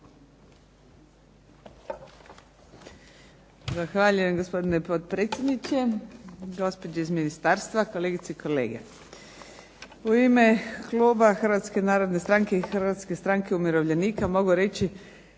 Zahvaljujem gospodine potpredsjedniče, gospođe iz Ministarstva, kolegice i kolege. U ime Kluba Hrvatske narodne stranke i Hrvatske stranke umirovljenika mogu reći